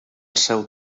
seu